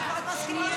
מאה אחוז.